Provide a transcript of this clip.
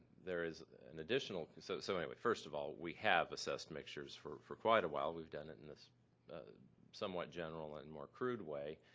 there is an additional so so anyway, first of all, we have assessed mixtures for for quite a while. we've done it in this somewhat general and more crude way